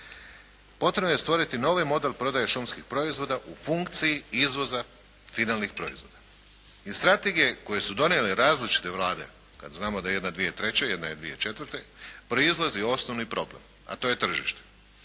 potrebno je stvoriti ovi model prodaje šumskih proizvoda u funkciji izvoza finalnih proizvoda. Iz strategije koje su donijele različite Vlade, kada znamo da je jedna 2003., jedna je 2004. proizlazi osnovni problem a to je tržište.